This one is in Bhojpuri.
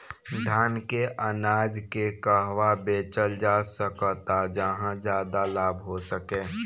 धान के अनाज के कहवा बेचल जा सकता जहाँ ज्यादा लाभ हो सके?